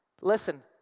Listen